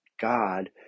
God